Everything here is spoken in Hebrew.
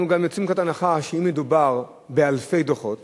אנחנו גם יוצאים מנקודת הנחה שאם מדובר באלפי דוחות,